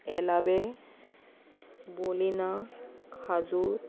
येलाबे बोलिनां खाजूर